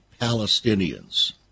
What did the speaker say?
Palestinians